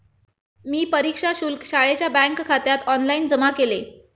मी परीक्षा शुल्क शाळेच्या बँकखात्यात ऑनलाइन जमा केले